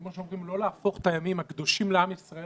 כפי שאומרים, לא להפוך את הימים הקדושים לעם ישראל